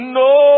no